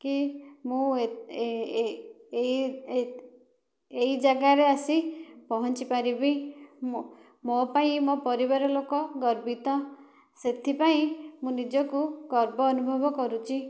କି ମୁଁ ଏଇ ଜାଗାରେ ଆସି ପହଞ୍ଚି ପାରିବି ମୋ ପାଇଁ ମୋ ପରିବାର ଲୋକ ଗର୍ବିତ ସେଥି ପାଇଁ ମୁଁ ନିଜକୁ ଗର୍ବ ଅନୁଭବ କରୁଛି